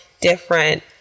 different